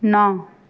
ਨਾ